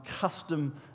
Custom